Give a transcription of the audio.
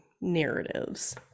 narratives